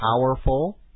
powerful